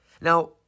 Now